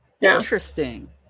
Interesting